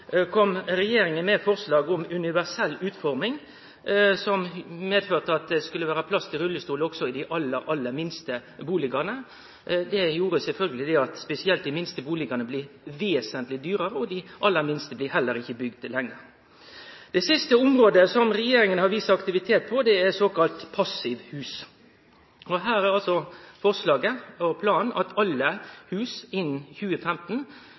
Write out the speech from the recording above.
kom regjeringa med forslag om universell utforming, som medførte at det skulle vere plass til rullestolar også i dei aller, aller minste bustadene. Det gjer sjølvsagt at spesielt dei minste bustadane kan bli vesentleg dyrare – og dei aller minste blir heller ikkje bygde lenger. Det siste området som regjeringa har vist aktivitet på, er såkalla passivhus. Her er forslaget, og planen, at alle hus innan 2015